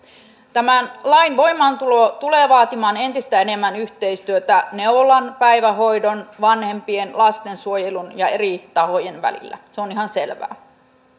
tämän lain voimaantulo tulee vaatimaan entistä enemmän yhteistyötä neuvolan päivähoidon vanhempien lastensuojelun ja eri tahojen välillä se on ihan selvää